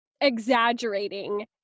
exaggerating